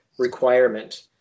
Requirement